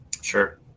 Sure